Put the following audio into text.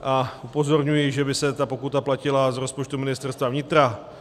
A upozorňuji, že by se ta pokuta platila z rozpočtu Ministerstva vnitra.